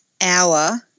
hour